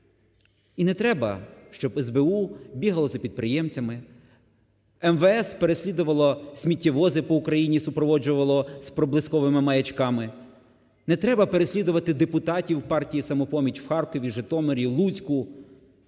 І не треба, щоб СБУ бігала за підприємцями, МВС переслідувало сміттєвози, по Україні, супроводжувало з проблисковими маячками. Не треба переслідувати депутатів партії "Самопоміч" в Харкові, Житомирі, Луцьку,